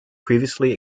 previously